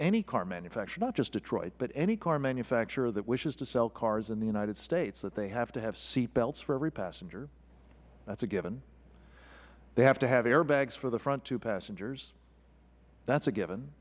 any car manufacturer not just detroit but of any car manufacturer that wishes to sell cars in the united states they have to have seatbelts for every passenger that is a given they have to have airbags for the front two passengers that is a given